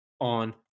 on